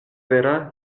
vera